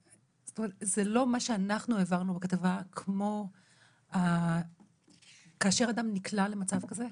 זה לא מה שאנחנו העברנו בכתבה כמו שכאשר אדם נקלע למצב כזה,